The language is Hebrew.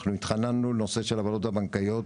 אנחנו התחננו לנושא של העברות בנקאיות